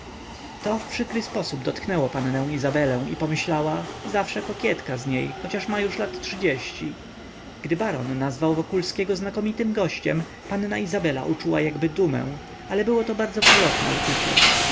to w przykry sposób dotknęło pannę izabelę i pomyślała zawsze kokietka z niej choć już ma lat trzydzieści gdy baron nazwał wokulskiego znakomitym gościem panna izabela uczuła jakby dumę ale byłoto bardzo przelotne uczucie